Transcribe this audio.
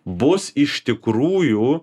bus iš tikrųjų